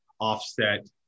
offset